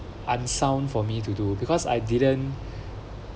unsound for me to do because I didn't